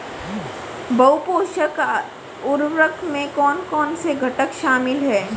बहु पोषक उर्वरक में कौन कौन से घटक शामिल हैं?